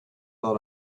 lot